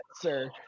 sir